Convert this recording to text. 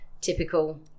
typical